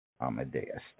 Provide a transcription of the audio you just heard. Amadeus